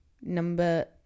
number